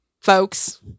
Folks